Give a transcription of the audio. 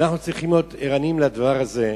אנחנו צריכים להיות ערניים לדבר הזה,